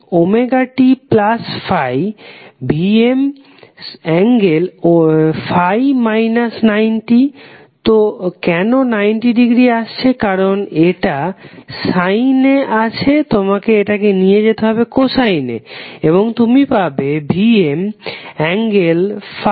Vmωt∅ Vm∠∅ 90° কেন 90 ডিগ্রী আসছে কারণ এটা সাইনে আছে তোমাকে এটাকে নিয়ে যেতে হবে কোসাইনে এবং তুমি পাবে Vm∠∅ 90°